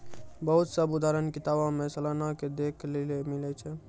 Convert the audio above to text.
बहुते सभ उदाहरण किताबो मे सलाना के देखै लेली मिलै छै